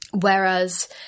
Whereas